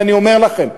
ואני אומר לכם,